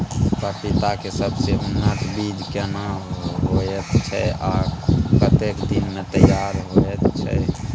पपीता के सबसे उन्नत बीज केना होयत छै, आ कतेक दिन में तैयार होयत छै?